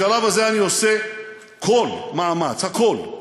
בשלב הזה אני עושה כל מאמץ, הכול,